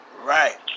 Right